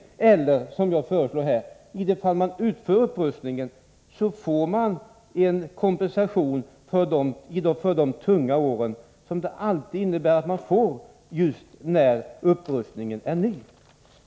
Man kan också, som jag föreslår, i de fall där upprustningen utförs få en kompensation för de tunga åren, som alltid följer just när upprustningen är nygjord.